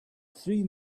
three